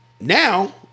Now